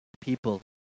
people